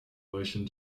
weichen